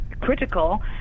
critical